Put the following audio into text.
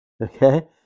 Okay